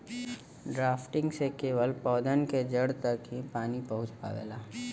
drafting से केवल पौधन के जड़ तक ही पानी पहुँच पावेला